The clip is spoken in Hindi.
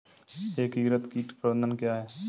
एकीकृत कीट प्रबंधन क्या है?